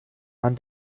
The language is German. man